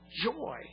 joy